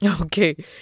Okay